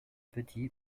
petit